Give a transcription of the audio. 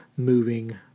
moving